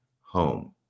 home